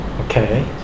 Okay